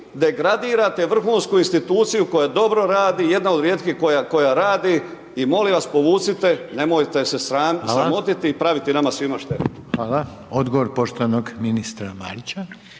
degradirate vrhunsku instituciju koja dobro radi, jedna od rijetkih koja radi i molim vas, povucite, nemojte se sramotiti i praviti nama svima štetu. **Reiner, Željko (HDZ)** Hvala. Odgovor poštovanog ministra Marića.